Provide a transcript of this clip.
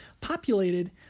populated